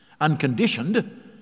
Unconditioned